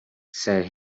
said